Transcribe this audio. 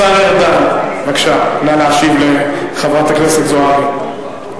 השר ארדן, בבקשה, נא להשיב לחברת הכנסת זועבי.